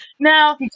Now